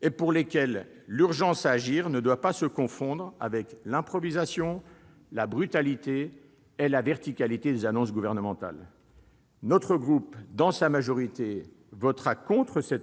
et pour lesquels l'urgence à agir ne doit pas se confondre avec l'improvisation, la brutalité et la verticalité des annonces gouvernementales. Dans sa majorité, notre groupe votera contre ce